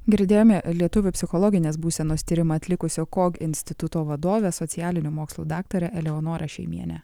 girdėjome lietuvių psichologinės būsenos tyrimą atlikusio kog instituto vadovę socialinių mokslų daktarę eleonorą šeimienę